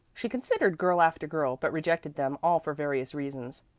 she considered girl after girl, but rejected them all for various reasons.